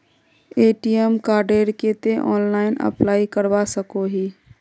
ATM कार्डेर केते online apply करवा सकोहो ही?